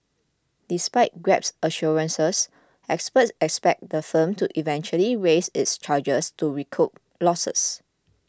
despite Grab's assurances experts expect the firm to eventually raise its charges to recoup losses